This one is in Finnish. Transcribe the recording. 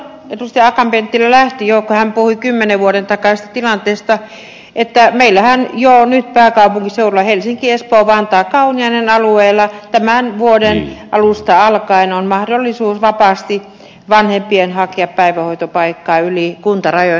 akaan penttilä lähti jo hän puhui kymmenen vuoden takaisesta tilanteesta että meillähän jo nyt pääkaupunkiseudulla helsingin espoon vantaan ja kauniaisen alueella on tämän vuoden alusta alkaen mahdollisuus siihen että vanhemmat voivat vapaasti hakea päivähoitopaikkaa yli kuntarajojen